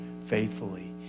faithfully